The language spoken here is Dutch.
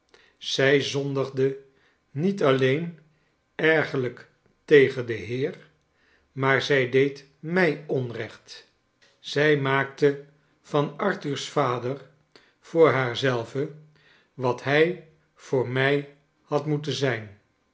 zij zondigde niet alleen ergerlijk tegen den heer maar zij deed mij onrecht zij maakte van arthur's vader voor haar zelve wat hij voor mij had nioeten zijn